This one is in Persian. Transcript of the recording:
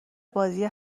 بازی